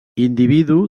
individu